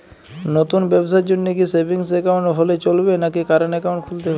নতুন ব্যবসার জন্যে কি সেভিংস একাউন্ট হলে চলবে নাকি কারেন্ট একাউন্ট খুলতে হবে?